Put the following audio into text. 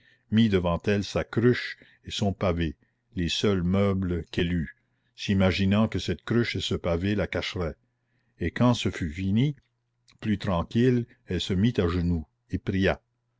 mit devant elle sa cruche et son pavé les seuls meubles qu'elle eût s'imaginant que cette cruche et ce pavé la cacheraient et quand ce fut fini plus tranquille elle se mit à genoux et pria